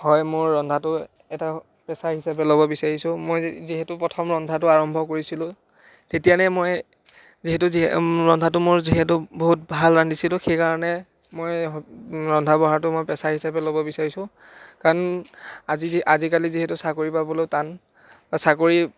হয় মই ৰন্ধাটো এটা পেচা হিচাপে ল'ব বিচাৰিছোঁ মই যিহেতু প্ৰথম ৰন্ধাটো আৰম্ভ কৰিছিলোঁ তেতিয়ালে মই যিহেতু ৰন্ধাটো মোৰ যিহেতু বহুত ভাল ৰান্ধিছিলোঁ সেইকাৰণে মই ৰন্ধা বঢ়াটো মই পেচা হিচাপে ল'ব বিচৰিছোঁ কাৰণ আজি আজিকালি যিহেতু চাকৰি পাবলৈ টান চাকৰি